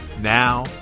Now